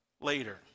later